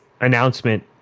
announcement